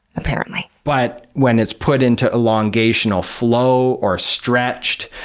apparently. but when it's put into elongational flow or stretched,